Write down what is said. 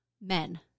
men